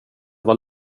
vara